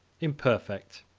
imperfect.